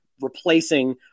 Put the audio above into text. replacing